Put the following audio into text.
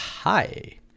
Hi